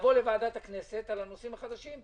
לבוא לוועדת הכנסת על הנושאים החדשים.